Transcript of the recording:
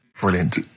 Brilliant